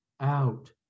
out